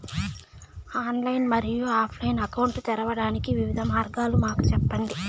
Online మరియు offline account తెరవడానికి వివిధ మార్గాలు మాకు సెప్పండి?